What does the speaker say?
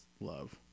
love